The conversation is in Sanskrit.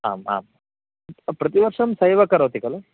आम् आम् प्रतिवर्षं स एव करोति खलु